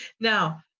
Now